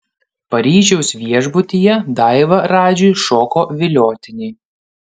paryžiaus viešbutyje daiva radžiui šoko viliotinį